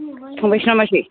जायासै